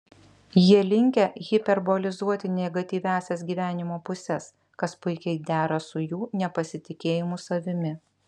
jie linkę hiperbolizuoti negatyviąsias gyvenimo puses kas puikiai dera su jų nepasitikėjimu savimi